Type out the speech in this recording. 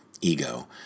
ego